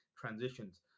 transitions